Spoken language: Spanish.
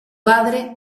padre